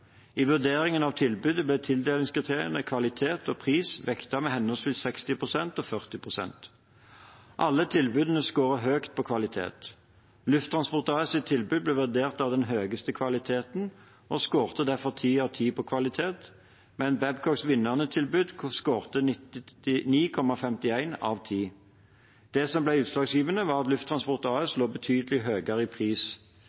I vurderingen av tilbudene ble tildelingskriteriene kvalitet og pris vektet med henholdsvis 60 pst. og 40 pst. Alle tilbudene scoret høyt på kvalitet. Lufttransport AS’ tilbud ble vurdert å ha den høyeste kvaliteten, og scoret derfor 10 av 10 på kvalitet, mens Babcocks vinnende tilbud scoret 9,51 av 10. Det som ble utslagsgivende, var at Lufttransport